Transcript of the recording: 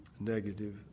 negative